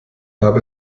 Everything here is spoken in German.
habe